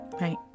right